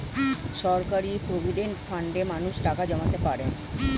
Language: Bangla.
সরকারি প্রভিডেন্ট ফান্ডে মানুষ টাকা জমাতে পারে